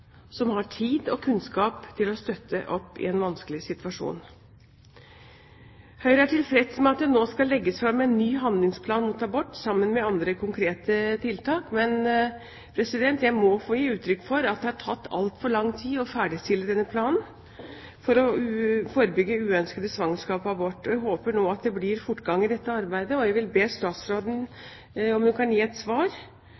som har tid – og kunnskap – til å støtte opp i en vanskelig situasjon. Høyre er tilfreds med at det nå skal legges fram en ny handlingsplan mot abort sammen med andre konkrete tiltak, men jeg må få gi uttrykk for at det har tatt altfor lang tid å ferdigstille denne planen for å forebygge uønskede svangerskap og abort. Jeg håper nå at det blir fortgang i dette arbeidet, og jeg vil be